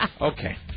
Okay